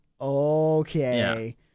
okay